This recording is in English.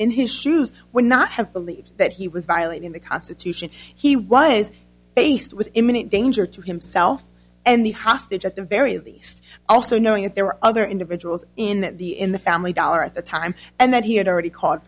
in his shoes would not have believed that he was violating the constitution he was faced with imminent danger to himself and the hostage at the very least also knowing that there were other individuals in the in the family dollar at the time and that he had already c